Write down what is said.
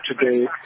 today